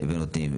חרדיים.